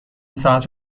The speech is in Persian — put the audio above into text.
ساعت